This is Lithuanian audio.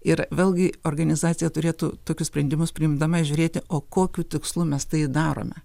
ir vėlgi organizacija turėtų tokius sprendimus priimdama žiūrėti o kokiu tikslu mes tai darome